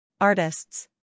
artists